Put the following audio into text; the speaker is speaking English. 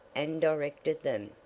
and directed them.